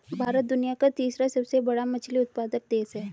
भारत दुनिया का तीसरा सबसे बड़ा मछली उत्पादक देश है